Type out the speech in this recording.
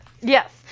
Yes